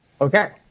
Okay